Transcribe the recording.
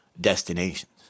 destinations